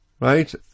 Right